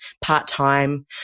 part-time